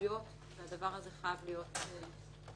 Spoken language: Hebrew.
הדבר הזה חייב להיות מוסדר.